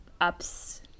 ups